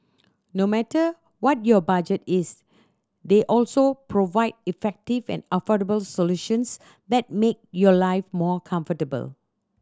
no matter what your budget is they also provide effective and affordable solutions that make your life more comfortable